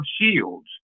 shields